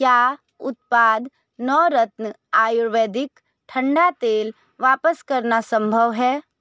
क्या उत्पाद नौरत्न आयुर्वेदिक ठंडा तेल वापस करना संभव है